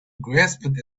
grasped